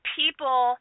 people